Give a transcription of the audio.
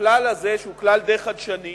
הכלל הזה, שהוא כלל די חדשני